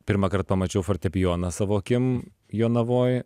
pirmąkart pamačiau fortepijoną savo akim jonavoj